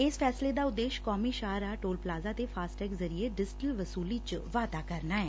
ਇਸ ਫੈਸਲੇ ਦਾ ਉਦੇਸ਼ ਕੌਮੀ ਸ਼ਾਹਰਾਹ ਟੋਲ ਪਲਾਜਾ ਤੇ ਫਾਸਟੈਗ ਜ਼ਰੀਏ ਡਿਜੀਟਲ ਵਸੁਲੀ ਚ ਵਾਧਾ ਕਰਨਾ ਐ